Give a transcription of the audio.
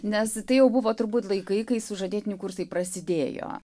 nes tai jau buvo turbūt laikai kai sužadėtinių kursai prasidėjo